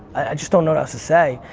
i just don't know what else to say.